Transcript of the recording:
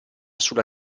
sulla